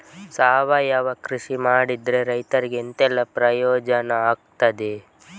ಸಾವಯವ ಕೃಷಿ ಮಾಡಿದ್ರೆ ರೈತರಿಗೆ ಎಂತೆಲ್ಲ ಪ್ರಯೋಜನ ಆಗ್ತದೆ?